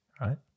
right